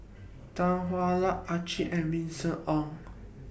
Tan Hwa Luck Harichandra and Vincent Cheng